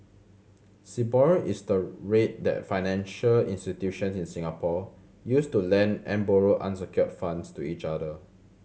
Sibor is the rate that financial institutions in Singapore use to lend and borrow unsecured funds to each other